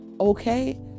okay